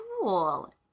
cool